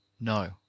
No